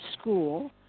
school